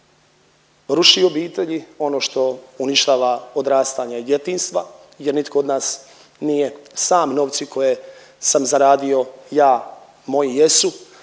ruši obitelji, ono što urušava odrastanje djetinjstva jer nitko od nas nije sam novci koje sam zaradio ja, moji jesu